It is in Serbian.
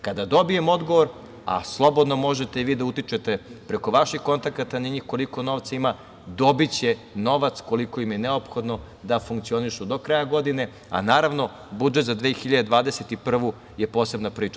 Kada dobijem odgovor, a slobodno možete i vi da utičete preko vaših kontakata na njih koliko novca ima, dobiće novac koliko im je neophodno da funkcionišu do kraja godine, a naravno budžet za 2021. godinu je posebna priča.